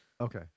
Okay